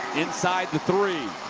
inside the three.